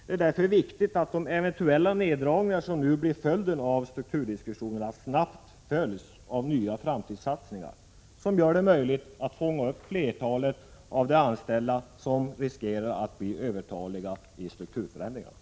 Det är därför viktigt att de eventuella neddragningar som nu blir följden av strukturdiskussionerna snabbt följs av nya framtidssatsningar, som gör det möjligt att fånga upp flertalet av de anställda som riskerar att bli övertaliga i strukturförändringarna.